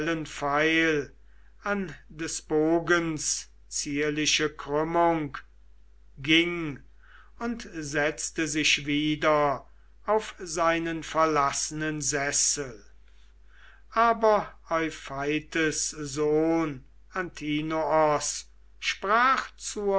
pfeil an des bogens zierliche krümmung ging und setzte sich wieder auf seinen verlassenen sessel aber eupeithes sohn antinoos sprach